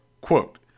Quote